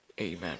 amen